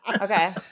Okay